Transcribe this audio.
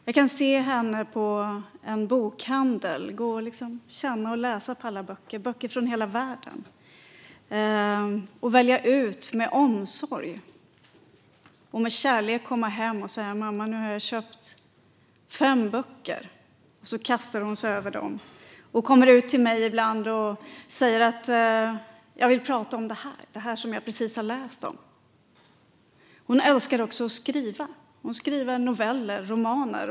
Man kan se henne i en bokhandel gå och liksom känna och läsa på alla böcker, böcker från hela världen, välja med omsorg och sedan med kärlek komma hem och säga: Mamma, nu har jag köpt fem böcker. Och så kastar hon sig över dem. Hon kommer ut till mig ibland och säger: Jag vill prata om det här som jag precis har läst om. Hon älskar också att skriva. Hon skriver noveller och romaner.